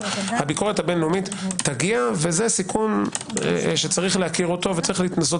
הביקורת הבין לאומית תגיע וזה סיכון שיש להכירו ולנסות